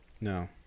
no